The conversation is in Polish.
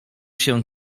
się